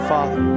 Father